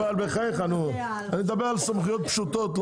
אני מדבר על סמכויות פשוטות.